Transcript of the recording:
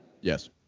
yes